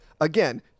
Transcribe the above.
Again